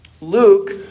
Luke